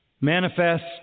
manifest